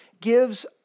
gives